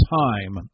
time